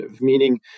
Meaning